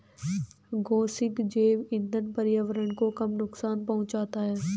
गेसिंग जैव इंधन पर्यावरण को कम नुकसान पहुंचाता है